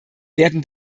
werden